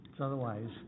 otherwise